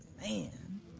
man